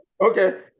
Okay